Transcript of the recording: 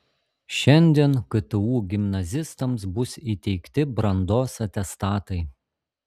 šiandien ktu gimnazistams bus įteikti brandos atestatai